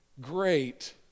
Great